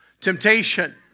Temptation